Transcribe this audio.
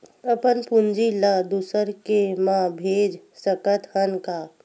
अपन पूंजी ला दुसर के मा भेज सकत हन का?